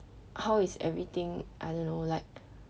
how is everything I don't know like